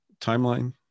timeline